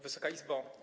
Wysoka Izbo!